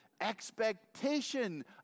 expectation